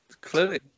clearly